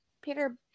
Peter